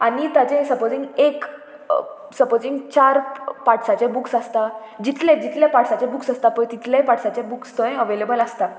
आनी ताचें सपोजींग एक सपोजींग चार पार्ट्साचे बुक्स आसता जितले जितले पार्टसाचे बुक्स आसता पळय तितले पार्टसाचे बुक्स थंय अवेलेबल आसता